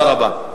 תודה רבה.